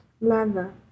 Leather